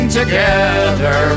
together